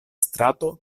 strato